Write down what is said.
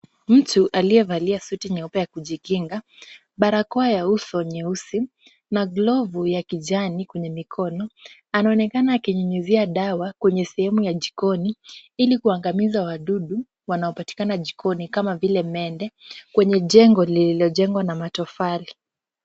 Mtu aliyevalia suti nyeupe ya kujikinga, barakoa ya uso nyeusi na glovu ya kijani kwenye mikono, anaonekana akinyunyizia dawa kwenye sehemu ya jikoni ili kuangamiza wadudu wanaopatikana jikoni kama vile mende kwenye jengo lililojengwa na matofali.